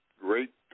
great